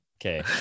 Okay